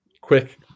Quick